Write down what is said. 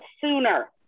sooner